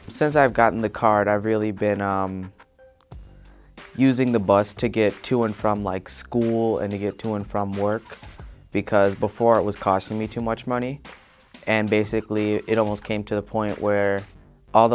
since i've gotten the card i've really been using the bus to get to and from like school and to get to and from work because before it was costing me too much money and basically it almost came to the point where all